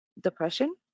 depression